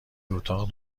اتاق